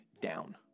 down